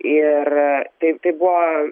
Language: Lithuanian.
ir tai tai buvo